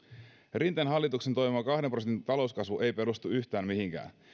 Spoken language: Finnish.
rinteen hallituksen toivoma kahden prosentin talouskasvu ei perustu yhtään mihinkään